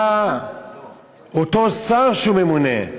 לאותו שר שהוא ממונה.